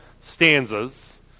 stanzas